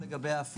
לגבי ההפרדה.